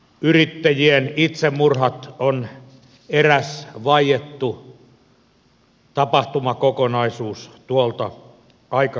yrittäjien itsemurhat ovat eräs vaiettu tapahtumakokonaisuus tuolta aikakaudelta